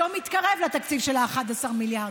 לא מתקרב לתקציב של ה-11 מיליארד,